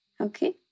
Okay